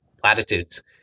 platitudes